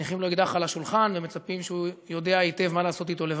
מניחים לו אקדח על השולחן ומצפים שהוא יודע היטב מה לעשות אתו לבד.